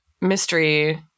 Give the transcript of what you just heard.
mystery